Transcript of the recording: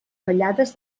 fallades